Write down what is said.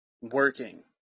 working